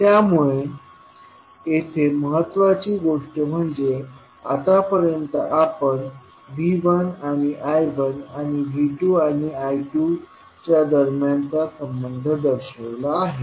त्यामुळे येथे महत्वाची गोष्ट म्हणजे आतापर्यंत आपण V1 I1आणिV2I2च्या दरम्यान संबंध दर्शवला आहे